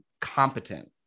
competent